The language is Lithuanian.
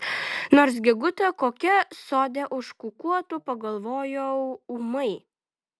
nors gegutė kokia sode užkukuotų pagalvojau ūmai